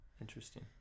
Interesting